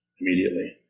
immediately